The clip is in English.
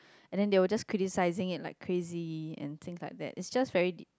and then they will just criticising it like crazy and things like that it's just very